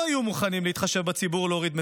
היו מוכנים להתחשב בציבור ולהוריד מחירים,